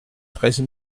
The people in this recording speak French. treize